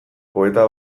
poeta